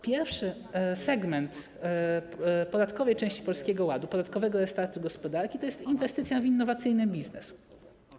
Pierwszy segment podatkowej części Polskiego Ładu, podatkowego restartu gospodarki, to inwestycja w innowacyjny biznes.